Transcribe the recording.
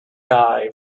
dive